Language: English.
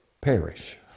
perish